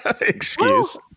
excuse